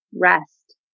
rest